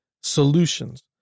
solutions